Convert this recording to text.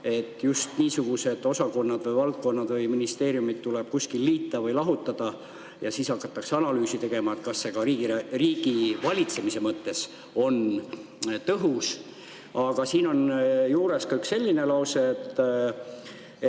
et just niisugused osakonnad või valdkonnad või ministeeriumid tuleb kuskil liita või lahutada, ja siis hakatakse analüüsi tegema, kas see ka riigivalitsemise mõttes on tõhus. Aga siin on juures ka üks selline lause, et